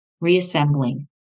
reassembling